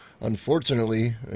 Unfortunately